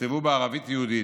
נכתבו בערבית-יהודית,